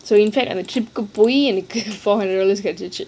so in fact எனக்கு:enakku four hundred dollars I get to go to the trip